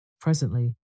Presently